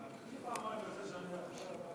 איך פעמיים יוצא שאני אחריך?